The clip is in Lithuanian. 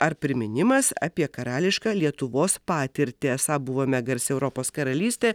ar priminimas apie karališką lietuvos patirtį esą buvome garsi europos karalystė